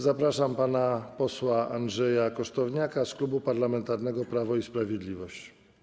Zapraszam pana posła Andrzeja Kosztowniaka z Klubu Parlamentarnego Prawo i Sprawiedliwość.